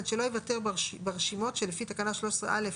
עד שלא ייוותר ברשימות שלפי תקנה 13(א)